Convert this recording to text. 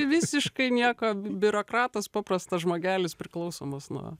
visiškai nieko biurokratas paprastas žmogelis priklausomos nuo